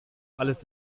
alles